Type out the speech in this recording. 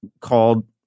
called